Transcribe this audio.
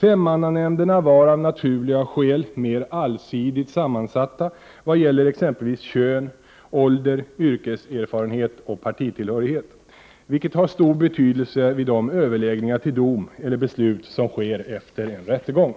Femmannanämnderna var av naturliga skäl mer allsidigt sammansatta vad gäller exempelvis kön, ålder, yrkeserfarenhet och partitillhörighet, vilket har stor betydelse vid de överläggningar till dom eller beslut som sker efter en rättegång.